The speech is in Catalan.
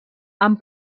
han